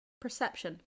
Perception